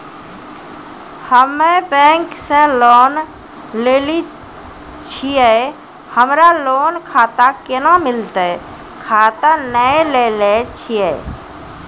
हम्मे बैंक से लोन लेली छियै हमरा लोन खाता कैना मिलतै खाता नैय लैलै छियै?